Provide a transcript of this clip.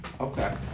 Okay